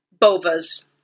bovas